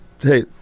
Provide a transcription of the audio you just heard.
Hey